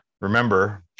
Remember